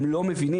הם לא מבינים.